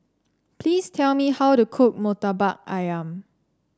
please tell me how to cook Murtabak ayam